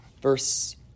Verse